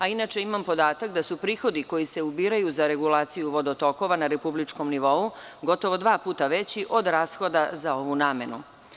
Inače, imam podatak da su prihodi koji se ubiraju za regulaciju vodotokova na republičkom nivou gotovo dva puta veći od rashoda za ovu namenu.